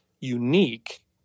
unique